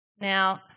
Now